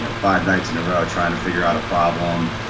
you know five nights in a row trying to figure out a problem.